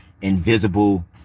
invisible